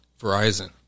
Verizon